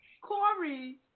Corey